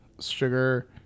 sugar